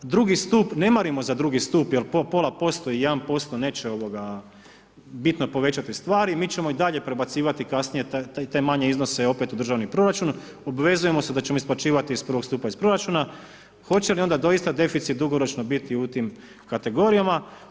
Drugi stup, ne marimo za drugi stup jer po pola posto i 1% neće bitno povećati stvari i mi ćemo i dalje prebacivati kasnije te manje iznose opet u drugi proračun, obvezujemo se da ćemo isplaćivati iz prvog stupa iz proračuna, hoće li onda doista deficit dugoročno biti u tim kategorijama.